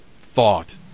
thought